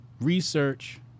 research